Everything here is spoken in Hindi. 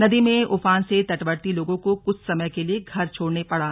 नदी में उफान से तटवर्ती लोगों को कुछ समय के लिए घर छोड़ने पड़ा